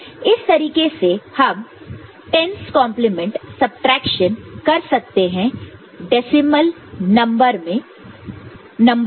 इस तरीके से हम 0's complement 10's complement subtraction कर सकते हैं डेसिमल नंबर के लिए